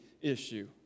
issue